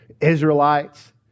Israelites